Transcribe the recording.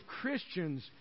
Christians